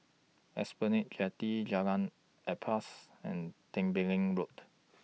Esplanade Jetty Jalan Ampas and Tembeling Road